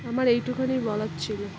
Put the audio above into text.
আমার এইটুকুনিই বলার ছিল